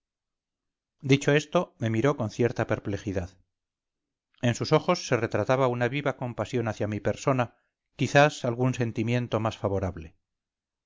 dicho esto me miró con cierta perplejidad en sus ojos se retrataba una viva compasión hacia mi persona quizás algún sentimiento más favorable